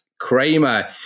Kramer